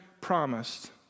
promised